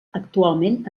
actualment